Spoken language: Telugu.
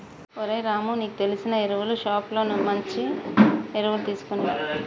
ఓరై రాము నీకు తెలిసిన ఎరువులు షోప్ లో మంచి ఎరువులు తీసుకునిరా